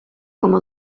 como